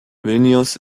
vilnius